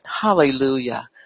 Hallelujah